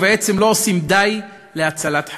ובעצם לא עושים די להצלת חיים.